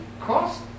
cost